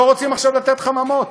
לא רוצים עכשיו לתת חממות.